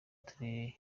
uturere